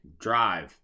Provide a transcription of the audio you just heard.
drive